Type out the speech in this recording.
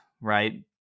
Right